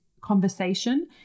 conversation